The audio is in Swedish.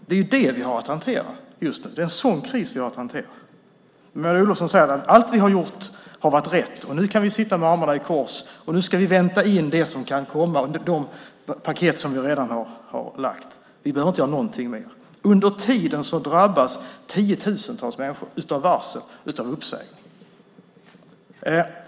Det är det vi har att hantera just nu. Det är en sådan kris vi har att hantera. Maud Olofsson säger: Allt vi har gjort har varit rätt. Nu kan vi sitta med armarna i kors, och nu ska vi vänta in det som kan komma ur de paket som vi har lagt fram. Vi behöver inte göra någonting längre. Under tiden drabbas tiotusentals människor av varsel och uppsägning.